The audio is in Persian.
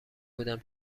بودم